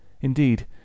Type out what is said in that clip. Indeed